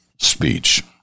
speech